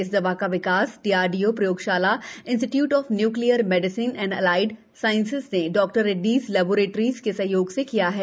इस दवा का विकास डीआरडीओ प्रयोगशाला institute of nuclear medicine and allied sciences ने डॉक्टर रेड्डीज लेब्रोरिटीज के सहयोग से किया है